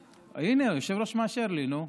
הינה, היושב-ראש מאשר לי, נו.